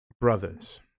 brothers